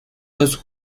los